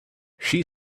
she